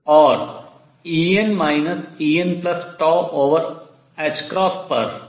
और En Enℏ पर नहीं